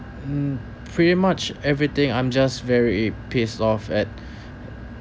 mm pretty much everything I'm just very pissed off at